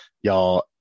y'all